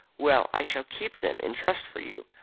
well, i shall keep them in trust for you.